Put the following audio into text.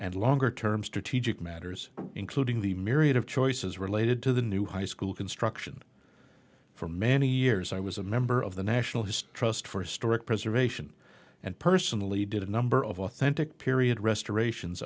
and longer term strategic matters including the myriad of choices related to the new high school construction for many years i was a member of the national his trust for historic preservation and personally did a number of authentic period restoration